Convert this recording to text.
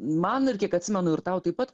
man ir kiek atsimenu ir tau taip pat